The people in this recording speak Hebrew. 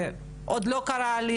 ועוד לא קרה הליך,